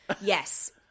Yes